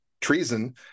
treason